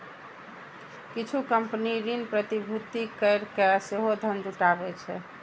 किछु कंपनी ऋण प्रतिभूति कैरके सेहो धन जुटाबै छै